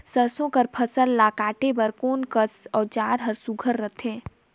सरसो कर फसल ला काटे बर कोन कस औजार हर सुघ्घर रथे?